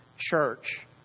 Church